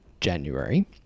January